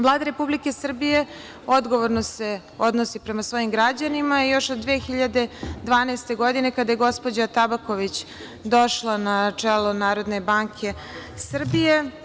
Vlada Republike Srbije odgovorno se odnosi prema svojim građanima još od 2012. godine, kada je gospođa Tabaković došla na čelo NBS.